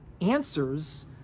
answers